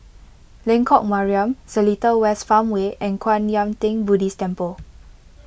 Lengkok Mariam Seletar West Farmway and Kwan Yam theng Buddhist Temple